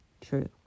true